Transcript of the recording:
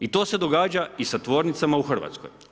I to se događa i sa tvornicama u Hrvatskoj.